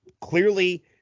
clearly